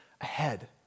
ahead